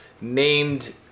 named